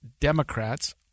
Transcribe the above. Democrats